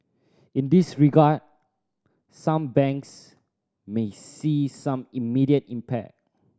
in this regard some banks may see some immediate impact